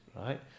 Right